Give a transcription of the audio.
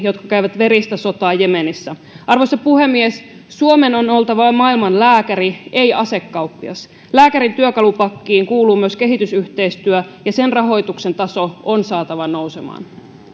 jotka käyvät veristä sotaa jemenissä arvoisa puhemies suomen on oltava maailman lääkäri ei asekauppias lääkärin työkalupakkiin kuuluu myös kehitysyhteistyö ja sen rahoituksen taso on saatava nousemaan